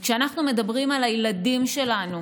וכשאנחנו מדברים על הילדים שלנו